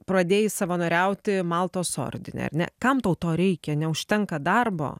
pradėjus savanoriauti maltos ordine ar ne kam tau to reikia neužtenka darbo